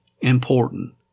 important